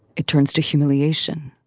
it turns to humiliation.